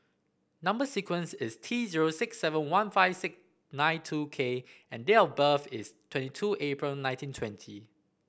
number sequence is T zero six seven one five nine two K and date of birth is twenty two April nineteen twenty